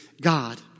God